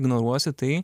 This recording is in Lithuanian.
ignoruosi tai